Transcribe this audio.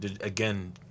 Again